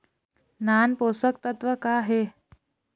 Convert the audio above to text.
नान पोषकतत्व का हे?